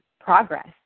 progress